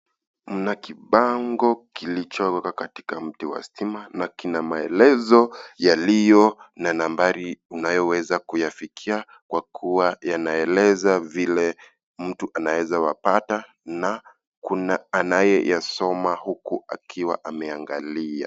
Mna kibango kilichowekwa katika mti wa stima na kina maelezo yaliyo na nambari unayoweza kuyafikia, kwa kuwa yanaeleza vile mtu anaezawapata na kuna anayeyasoma huku akiwa ameangalia.